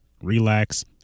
relax